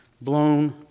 Blown